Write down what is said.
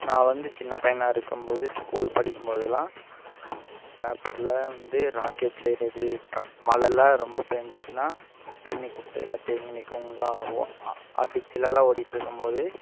நான் வந்து சின்ன பையனாக இருக்கும் போது ஸ்கூல் படிக்கும் போதெலாம் பேப்பரில் வந்து ராக்கெட் செய்யறது கப் மழைலாம் ரொம்ப பேஞ்சுச்சினா தண்ணி குட்டையெல்லாம் தேங்கி நிற்குங்களா டிச்சிலெலாம் ஓடிகிட்டு இருக்கும் போது